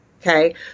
Okay